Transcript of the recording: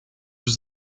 was